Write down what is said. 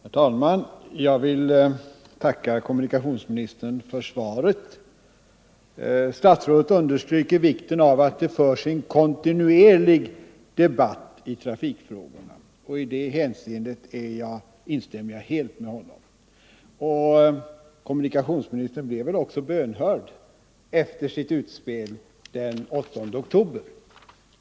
Herr talman! Jag tackar kommunikationsministern för svaret. Statsrådet understryker vikten av att det förs en kontinuerlig debatt i trafikfrågorna, och i det avseendet instämmer jag helt med honom. Statsrådet blev också bönhörd efter sitt utspel den 8 oktober.